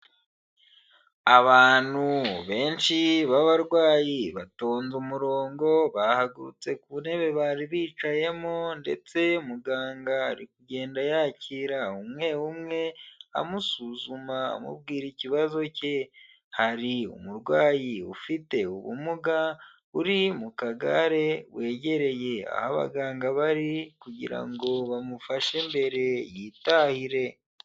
Abantu benshi b'abarwayi batonze umurongo bahagurutse ku ntebe bari bicayemo ndetse mugangagenda yakira umwe umwe amusuzuma amubwira ikibazo cye, hari umurwayi ufite ubumuga uri mu kagare wegereye aho abaganga bari kugira ngo bamufashe mbere yitahire.